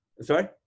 Sorry